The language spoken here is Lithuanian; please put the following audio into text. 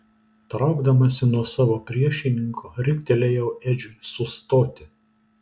traukdamasi nuo savo priešininko riktelėjau edžiui sustoti